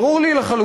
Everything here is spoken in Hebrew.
ברור לי לחלוטין,